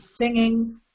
singing